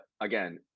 again